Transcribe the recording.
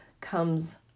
comes